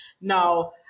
Now